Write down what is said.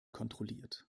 kontrolliert